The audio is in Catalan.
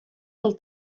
del